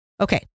Okay